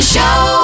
Show